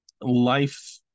life